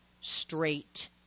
straight